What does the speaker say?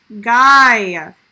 guy